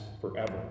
forever